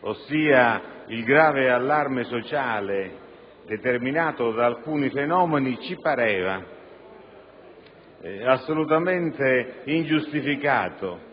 ossia il grave allarme sociale determinato da alcuni fenomeni, ci pareva assolutamente ingiustificato